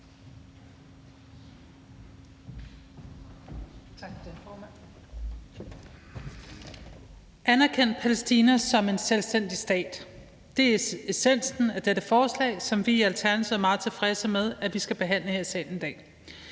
Anerkend Palæstina som en selvstændig stat. Det er essensen af dette forslag, som vi i Alternativet er meget tilfredse med at vi skal behandle her i salen i dag.